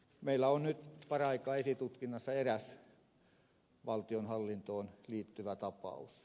meillä on nyt paraikaa esitutkinnassa eräs valtionhallintoon liittyvä tapaus